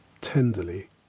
tenderly